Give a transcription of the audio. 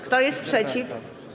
Kto jest przeciw?